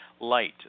light